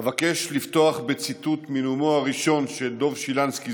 אבקש לפתוח בציטוט מנאומו הראשון של דב שילנסקי,